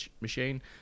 machine